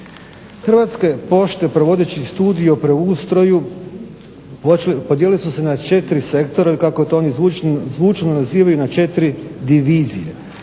Hrvatske pošte provodeći studiju o preustroju podijelile su se na četiri sektora, ili kako oni to zvučno nazivaju na četiri divizije.